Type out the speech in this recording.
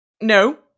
no